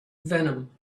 venom